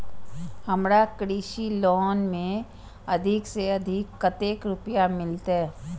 हमरा कृषि लोन में अधिक से अधिक कतेक रुपया मिलते?